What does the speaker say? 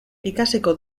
ikasiko